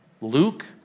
Luke